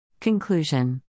Conclusion